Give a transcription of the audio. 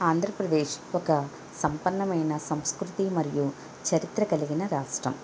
ఆంధ్రప్రదేశ్ ఒక సంపన్నమైన సంస్కృతి మరియు చరిత్ర కలిగిన రాష్ట్రం